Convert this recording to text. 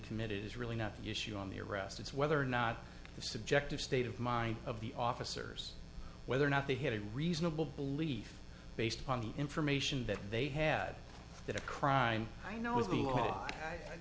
committed is really not an issue on the arrest it's whether or not the subjective state of mind of the officers whether or not they had a reasonable belief based upon the information that they had that a crime i know i